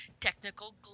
technical